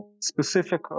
specific